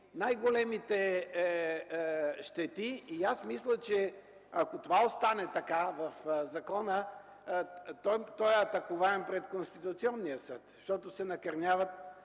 най-големите щети. Мисля, че ако това остане така в закона, той е атакуваем пред Конституционния съд, защото се накърняват